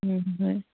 ꯎꯝ ꯍꯣꯏ